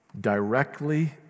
Directly